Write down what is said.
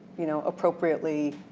you know, appropriately